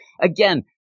again